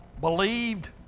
believed